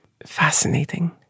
fascinating